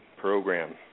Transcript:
Program